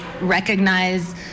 recognize